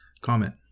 comment